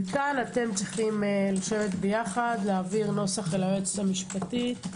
כאן אתם צריכים להעביר נוסח ליועצת המשפטית.